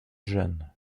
jeunes